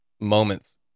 moments